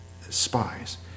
spies